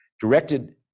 directed